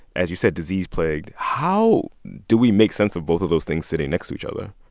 as you said, disease-plagued. how do we make sense of both of those things sitting next to each other?